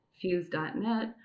FUSE.net